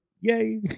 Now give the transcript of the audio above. yay